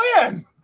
win